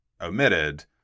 omitted